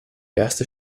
erste